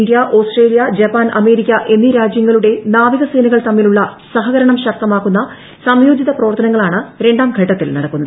India Australia Japan America എന്നീ രാജൃങ്ങളുടെ നാവികസേനകൾ തമ്മിലുള്ള സഹകരണം ശക്തമാകുന്ന സംയോജിത പ്രവർത്തനങ്ങൾ ആണ് രണ്ടാം ഘട്ടത്തിൽ നടക്കുന്നത്